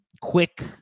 quick